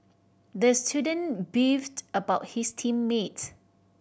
the student beefed about his team mates